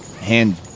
Hand